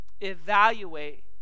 evaluate